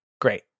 Great